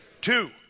Two